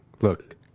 Look